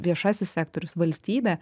viešasis sektorius valstybė